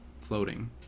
floating